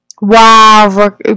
Wow